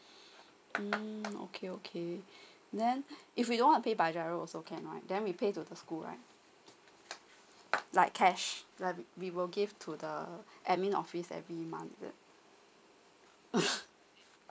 mm okay okay then if we don't want pay by giro also can right then we pay to the school right like cash we like will give to the admin office every month uh